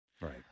Right